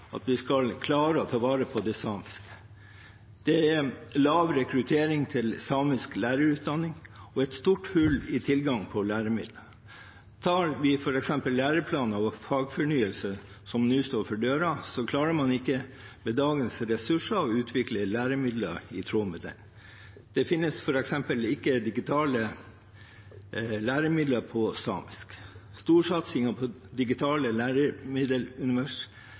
at vi skal klare å ta vare på det samiske. Det er lav rekruttering til samisk lærerutdanning og et stort hull i tilgangen på læremidler. Tar vi f.eks. læreplaner, fagfornyelse, som nå står for døren, klarer man ikke med dagens ressurser å utvikle læremidler i tråd med dette. Det finnes f.eks. ikke digitale læremidler på samisk. Storsatsingen på digitale